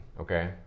Okay